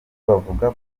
bavuga